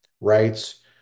Rights